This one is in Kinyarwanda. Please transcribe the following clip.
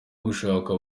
gushakwa